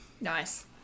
nice